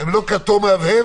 הם לא כתום מהבהב?